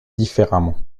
différemment